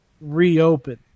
reopen